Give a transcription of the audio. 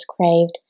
craved